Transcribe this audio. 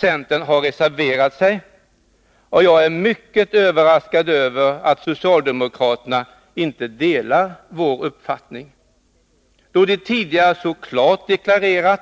Centern har reserverat sig, och jag är mycket överraskad över att socialdemokraterna inte delar vår uppfattning, då de tidigare så klart deklarerat